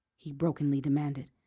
he brokenly demanded.